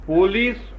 Police